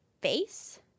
face